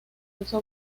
hizo